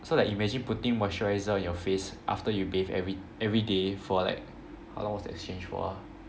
so like imagine putting moisturizer on your face after you bathe every every day for like how long was the exchange for ah